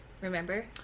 Remember